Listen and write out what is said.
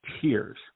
tears